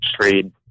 trade